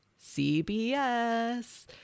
CBS